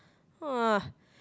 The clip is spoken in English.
!wah!